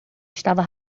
estava